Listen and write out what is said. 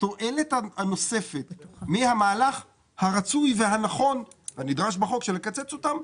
התועלת הנוספת מהמהלך הרצוי והנכון הנדרש בחוק של לקצץ אותם,